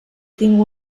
tinc